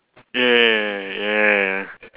ya ya ya ya ya ya ya